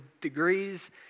degrees